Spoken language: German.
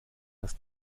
dass